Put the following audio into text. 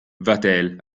vatel